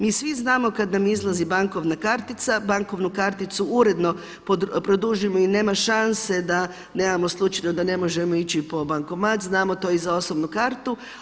Mi svi znamo kada nam izlazi bankovna kartica, bankovnu karticu uredno produžimo i nema šanse da nemamo slučajno da ne možemo ići po bankomat, znamo to i za osobnu kartu.